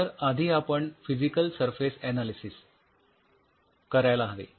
तर आधी आपण फिजिकल सरफेस अनालिसिस करायला हवे